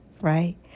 right